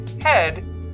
head